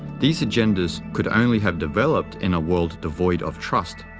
these agendas could only have developed in a world devoid of trust.